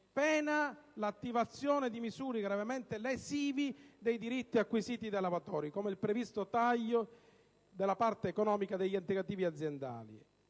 pena l'attivazione di misure gravemente lesive dei diritti acquisiti dai lavoratori, come il previsto taglio della parte economica degli integrativi aziendali.